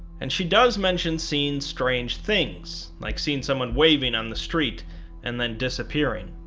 and she does mention seeing strange things like seeing someone waving on the street and then disappearing.